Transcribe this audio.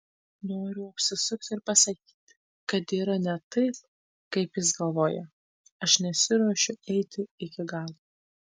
noriu apsisukti ir pasakyti kad yra ne taip kaip jis galvoja aš nesiruošiu eiti iki galo